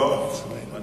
אדוני היושב-ראש?